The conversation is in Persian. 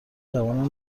جوانان